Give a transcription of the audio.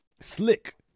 Slick